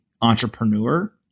entrepreneur